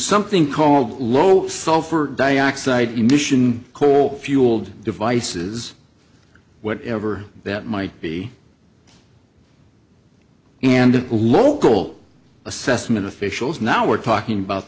something called low sulfur dioxide emission coal fueled devices whatever that might be and local assessment officials now are talking about